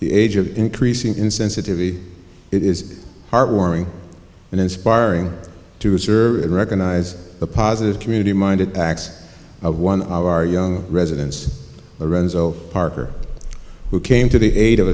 the age of increasing insensitivity it is heartwarming and inspiring to observe it recognize the positive community minded acts of one of our young residents a renzo parker who came to the aid of